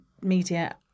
media